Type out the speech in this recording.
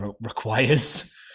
requires